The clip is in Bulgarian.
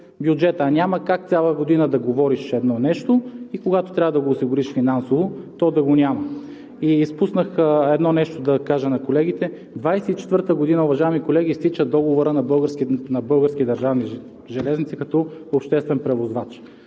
бюджета. Няма как цяла година да говориш едно нещо и когато трябва да го осигуриш финансово, да го няма. Изпуснах да кажа на колегите: през 2024 г., уважаеми колеги, изтича договорът на „Български държавни железници“ като обществен превозвач.